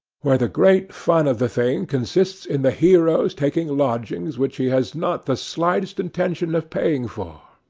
where the great fun of the thing consists in the hero's taking lodgings which he has not the slightest intention of paying for,